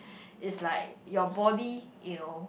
it's like your body you know